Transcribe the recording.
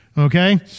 Okay